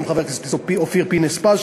גם חבר הכנסת אופיר פינס-פז,